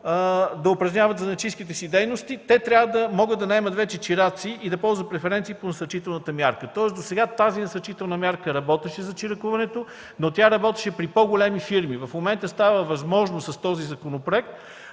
да упражняват занаятчийските си дейности. Те трябва да могат да наемат вече чираци и да ползват преференции по насърчителната мярка. Досега тази насърчителна мярка за чиракуването работеше, но при по-големи фирми. В момента с този законопроект